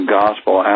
gospel